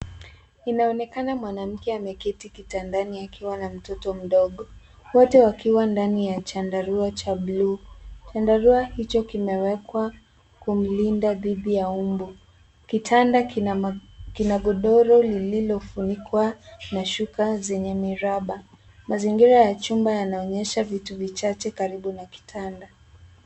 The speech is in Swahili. Inaonekana mwanamke ameketi kitandani akiwa na mtoto mdogo, wote wakiwa ndani ya chandarua cha bluu. Chandarua hicho kimewekwa kumlinda dhidi ya mbu. Kitanda kina godoro lililofunikwa na shuka zenye miraba. Mazingira ya nyumba yanaonyesha vitu vichache karibu na kitanda.